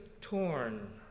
torn